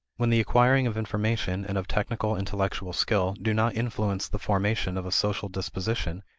when the acquiring of information and of technical intellectual skill do not influence the formation of a social disposition,